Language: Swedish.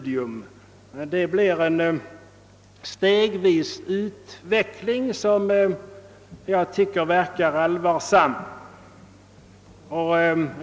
Det blir en utveckling stegvis, som är allvarlig.